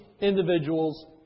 individuals